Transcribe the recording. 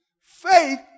Faith